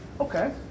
Okay